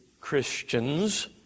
Christians